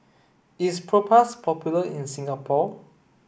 is Propass popular in Singapore